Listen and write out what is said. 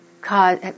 cause